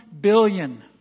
billion